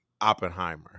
Oppenheimer